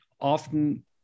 often